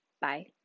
Bye